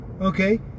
Okay